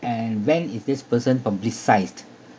and when is this person publicised